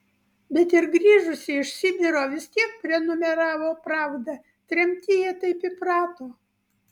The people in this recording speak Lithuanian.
bet ir grįžusi iš sibiro vis tiek prenumeravo pravdą tremtyje taip įprato